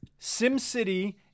SimCity